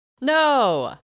No